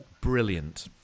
Brilliant